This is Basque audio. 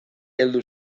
heldu